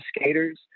skaters